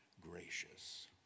gracious